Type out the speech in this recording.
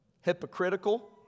hypocritical